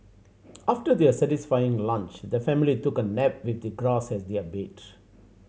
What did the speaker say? after their satisfying lunch the family took a nap with the grass as their bed